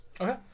Okay